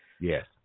Yes